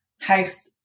House